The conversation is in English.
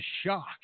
shock